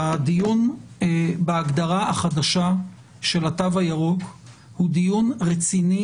הדיון בהגדרה החדשה של התו הירוק הוא דיון רציני